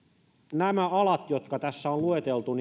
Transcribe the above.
nämä alat jotka tässä on lueteltu